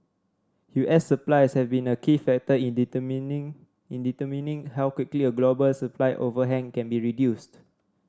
U S supplies have been a key factor in determining in determining how quickly a global supply overhang can be reduced